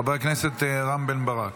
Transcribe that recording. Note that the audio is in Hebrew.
חבריי חברי הכנסת, על מה מלינים השרים?